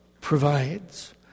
provides